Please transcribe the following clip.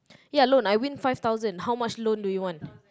ya loan I win five thousand how much loan do you want